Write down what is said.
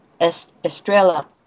Estrella